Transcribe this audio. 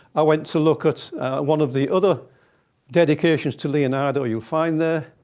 i went to look at one of the other dedications to leonardo you'll find there.